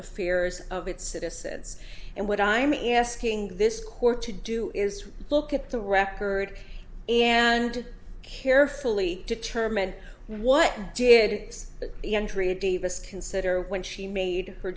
affairs of its citizens and what i'm asking this court to do is look at the record and carefully determine what did this young tree davis consider when she made her